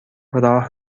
راه